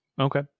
Okay